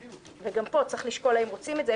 גם פה צריך לשקול האם רוצים את זה,